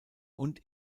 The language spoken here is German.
und